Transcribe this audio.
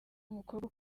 umukobwa